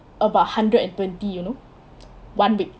about hundred and twenty you know one week